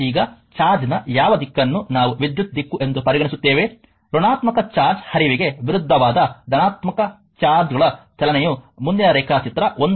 ಈಗ ಚಾರ್ಜ್ನನ ಯಾವ ದಿಕ್ಕನ್ನು ನಾವು ವಿದ್ಯುತ್ ದಿಕ್ಕು ಎಂದು ಪರಿಗಣಿಸುತ್ತೇವೆ ಋಣಾತ್ಮಕ ಚಾರ್ಜ್ನ ಹರಿವಿಗೆ ವಿರುದ್ಧವಾದ ಧನಾತ್ಮಕ ಚಾರ್ಜ್ಗಳ ಚಲನೆಯು ಮುಂದಿನ ರೇಖಾಚಿತ್ರ 1